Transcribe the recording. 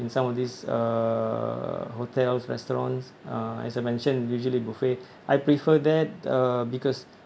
in some of these uh hotels restaurants uh as I mentioned usually buffet I prefer that uh because